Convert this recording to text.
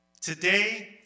today